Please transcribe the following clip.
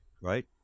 right